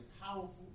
powerful